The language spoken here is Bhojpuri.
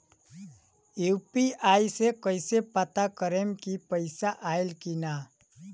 यू.पी.आई से कईसे पता करेम की पैसा आइल की ना?